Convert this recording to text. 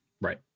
Right